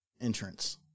entrance